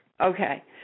Okay